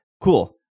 cool